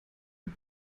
mit